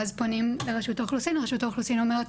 ואז פונים לרשות האוכלוסין ורשות האוכלוסין אומרת,